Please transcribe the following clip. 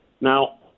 Now